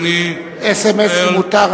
אס.אם.אס מותר,